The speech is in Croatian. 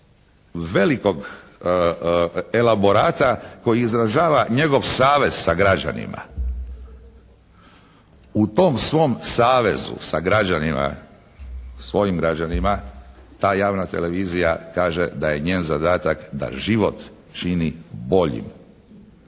velikog elaborata koji izražava njegov savez sa građanima. U tom svom savezu sa građanima, svojim građanima ta javna televizija kaže da je njen zadatak da život čini boljim.